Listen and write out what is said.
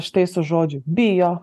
štai su žodžiu bio